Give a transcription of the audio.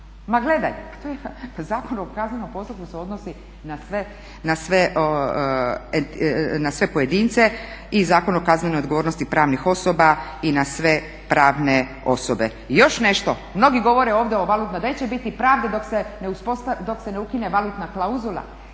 Ma gledaj, Zakon o kaznenom postupku se odnosi na sve pojedince i Zakon o kaznenoj odgovornosti pravnih osoba i na sve pravne osobe. I još nešto, mnogi govore ovdje o valutnoj, neće biti pravde dok se ne ukine valutna klauzula.